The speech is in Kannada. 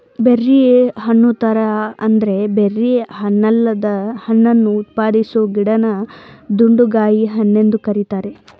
ಬೆರ್ರಿ ಹಣ್ಣುತರ ಆದ್ರೆ ಬೆರ್ರಿ ಹಣ್ಣಲ್ಲದ ಹಣ್ಣನ್ನು ಉತ್ಪಾದಿಸೊ ಗಿಡನ ದುಂಡುಗಾಯಿ ಹಣ್ಣೆಂದು ಕರೀತಾರೆ